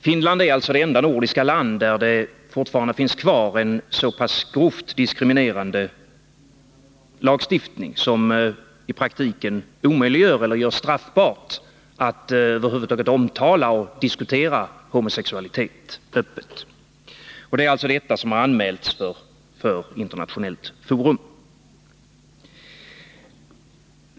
Finland är det enda nordiska land där det fortfarande finns kvar en grovt diskriminerande lagstiftning, som i praktiken gör det straffbart att över huvud taget tala om och diskutera homosexualitet öppet. Det är alltså detta som har anmälts inför internationellt forum.